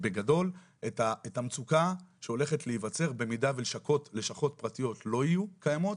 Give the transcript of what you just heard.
את המצוקה שהולכת להיווצר במידה שלשכות פרטיות לא יהיו קיימות